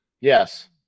Yes